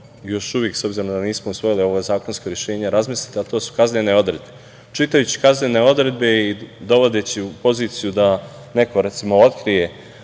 još uvek, s obzirom da nismo usvojili ova zakonska rešenja, razmisliti a to su kaznene odredbe. Čitajući kaznene odredbe i dovodeći u poziciju da neko recimo otkrije